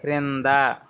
క్రింద